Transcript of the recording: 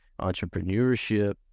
entrepreneurship